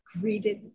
greeted